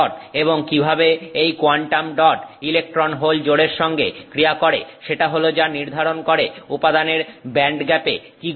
এবং কিভাবে এই কোয়ান্টাম ডট ইলেকট্রন হোল জোড়ের সঙ্গে ক্রিয়া করে সেটা হলো যা নির্ধারণ করে উপাদানের ব্যান্ডগ্যাপে কি ঘটবে